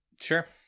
Sure